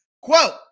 quote